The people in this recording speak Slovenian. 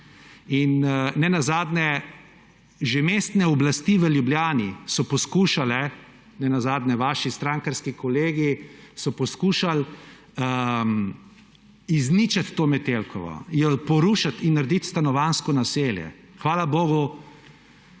Nenazadnje, že mestne oblasti v Ljubljani so poskušale, nenazadnje vaši strankarski kolegi so poskušali izničiti to Metelkovo, jo porušiti in narediti stanovanjsko naselje. Hvala bogu